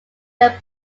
then